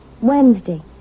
Wednesday